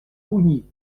pougny